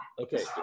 Okay